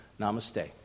Namaste